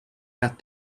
had